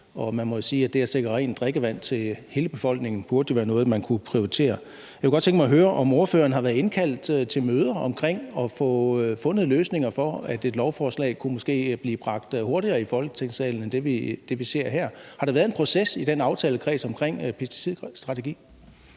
det at sikre rent drikkevand til hele befolkningen jo burde være noget, man kunne prioritere. Jeg kunne godt tænke mig at høre, om ordføreren har været indkaldt til møder om at få fundet løsninger på, at et lovforslag måske kunne blive bragt hurtigere i Folketingssalen end det, vi ser her. Har der været en proces i den aftalekreds omkring pesticidstrategien?